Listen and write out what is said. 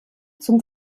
zum